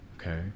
Okay